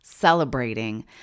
celebrating